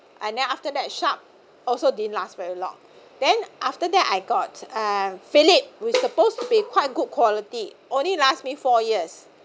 and then after that sharp also didn't last very long then after that I got uh philip was supposed to be quite good quality only last me four years